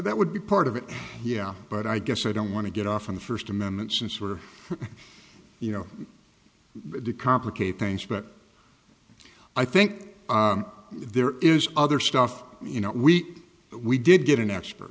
that would be part of it but i guess i don't want to get off on the first amendment since we're you know the complicate things but i think there is other stuff you know we we did get an expert